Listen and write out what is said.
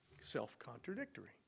self-contradictory